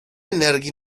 energii